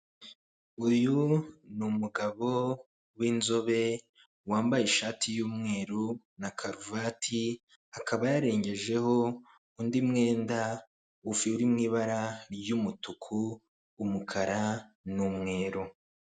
Uyu ni umugabo w'inzobe wambaye ishati yumweru na karuvati, akaba yarengejeho undi mwenda uri mu ibara ry'umutuku, umukara n'umweru.